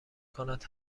کند